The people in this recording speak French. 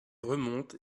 remonte